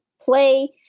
play